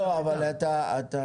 לא אבל אתה.